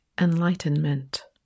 enlightenment